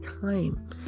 time